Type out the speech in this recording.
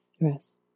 Yes